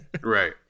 Right